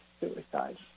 suicide